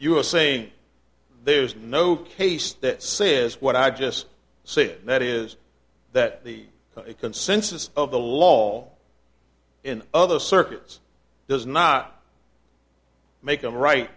you were saying there's no case that says what i just said that is that the consensus of the law in other circuits does not make a right